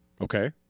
Okay